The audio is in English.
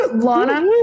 Lana